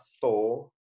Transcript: four